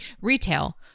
retail